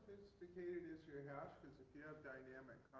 sophisticated is your yeah hash? because if you have dynamic